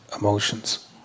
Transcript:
emotions